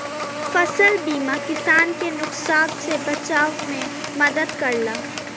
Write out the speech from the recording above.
फसल बीमा किसान के नुकसान से बचाव में मदद करला